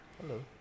Hello